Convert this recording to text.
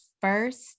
first